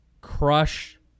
crush